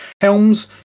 Helms